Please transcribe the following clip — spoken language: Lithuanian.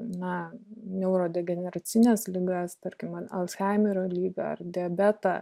na neurodegeneracines ligas tarkim alzheimerio ligą ar diabetą